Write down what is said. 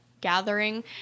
gathering